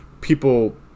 people